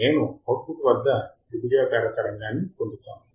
నేను అవుట్పుట్ వద్ద త్రిభుజాకార తరంగాన్ని పొందుతాను